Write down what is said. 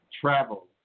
travel